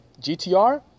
GTR